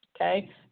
Okay